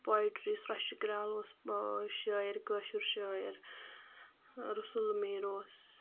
poetry طپہعترےظ سرٛشہٕ کرَال اوس شٲعِر کٲشُر شٲعِر رُسل میٖر اوس